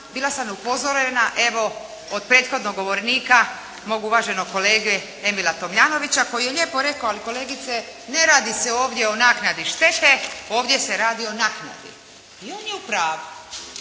bila sam upozorena evo od prethodnog govornika mog uvaženog kolege Emila Tomljanovića koji je lijepo rekao ali kolegice ne radi se ovdje o naknadi štete. Ovdje se radi o naknadi. On je u pravu.